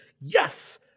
Yes